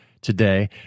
today